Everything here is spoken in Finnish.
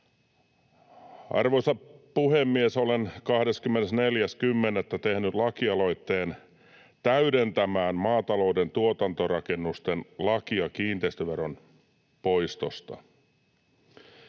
Arvoisa puhemies! Olen 24.10. tehnyt lakialoitteen täydentämään lakia maatalouden tuotantorakennusten kiinteistöveron poistosta.